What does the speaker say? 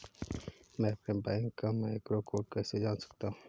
मैं अपने बैंक का मैक्रो कोड कैसे जान सकता हूँ?